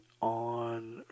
on